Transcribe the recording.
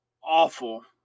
awful